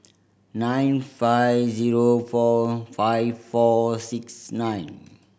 nine five zero four five four six nine